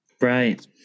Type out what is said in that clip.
right